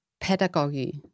pedagogy